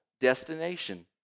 destination